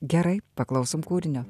gerai paklausom kūrinio